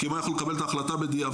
כי אם הוא מקבל את ההחלטה בדיעבד,